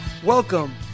Welcome